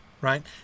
right